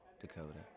Dakota